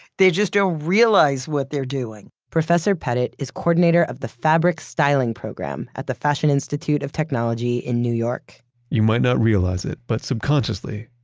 they just don't realize what they're doing professor petit is coordinator of the fabric styling program, at the fashion institute of technology in new york you might not realize it, but subconsciously,